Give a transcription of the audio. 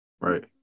Right